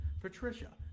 Patricia